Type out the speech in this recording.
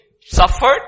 suffered